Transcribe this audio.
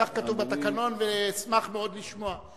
כך כתוב בתקנון, ואשמח מאוד לשמוע.